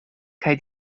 kaj